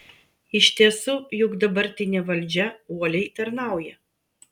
iš tiesų juk dabartinė valdžia uoliai tarnauja